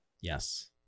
Yes